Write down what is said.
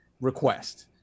request